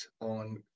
on